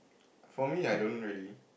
for me I don't really